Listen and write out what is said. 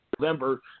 November